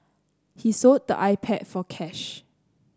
he sold the iPad for cash